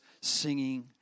singing